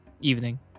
evening